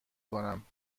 کنم